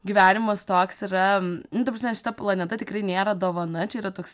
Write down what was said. gyvenimas toks yra nu ta prasme šita planeta tikrai nėra dovana čia yra toks